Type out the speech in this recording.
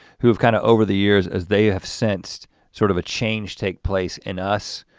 who have kind of over the years as they have sensed sort of a change take place in us.